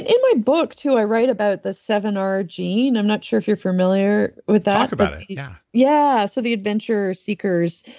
my book, too, i write about the seven r gene. i'm not sure if you're familiar with that. talk about it. yeah. yeah. so, the adventure seekers